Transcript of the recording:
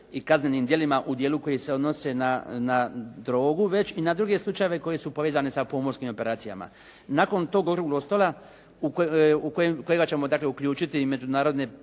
i kaznenim djelima u djelu koji se odnose na drogu već i na druge slučajeve koji su povezani sa pomorskim operacijama. Nakon tog okruglog stola u kojega ćemo dakle uključiti i međunarodne